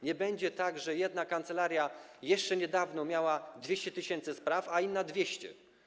Nie będzie tak, że jedna kancelaria jeszcze niedawno miała 200 tys. spraw, a inna - 200.